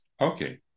Okay